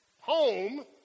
home